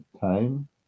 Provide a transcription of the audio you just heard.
time